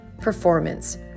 performance